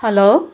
hello